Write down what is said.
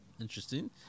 Interesting